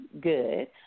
good